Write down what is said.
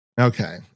okay